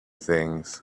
things